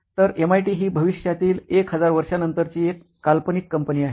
तर एमआयटी ही भविष्यातील 1000 वर्षांनंतर ची एक काल्पनिक कंपनी आहे